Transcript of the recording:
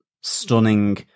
stunning